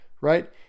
right